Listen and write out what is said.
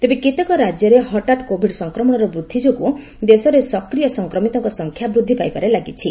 ତେବେ କେତେକ ରାଜ୍ୟର ହଠାତ୍ କୋଭିଡ ସଂକ୍ରମଣର ବୃଦ୍ଧି ଯୋଗୁଁ ଦେଶରେ ସକ୍ରିୟ ସଂକ୍ରମିତଙ୍କ ସଂଖ୍ୟା ବୃଦ୍ଧି ପାଇବାରେ ଲାଗିଛି